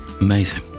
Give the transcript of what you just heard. Amazing